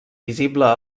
visible